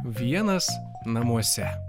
vienas namuose